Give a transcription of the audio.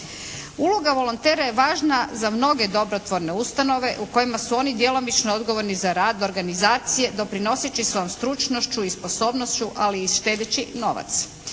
Uloga volontera je važna za mnoge dobrotvorne ustanove u kojima su oni djelomično odgovorni za rad organizacije doprinoseći svojom stručnošću i sposobnošću, ali i štedeći novac.